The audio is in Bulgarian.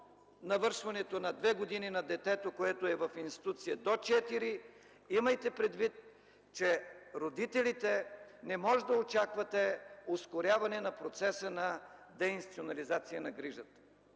навършването на две години на детето, което е в институция, до четири, имайте предвид, че родителите, не може да очаквате ускоряване на процеса на деинституционализация на грижата.